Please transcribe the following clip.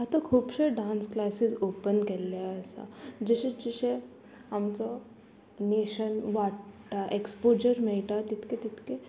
आतां खुबशे dance classes open केल्ले आसा जशे जशे आमचो नेशन वाडटा एक्सपोजर मेळटा तितके तितके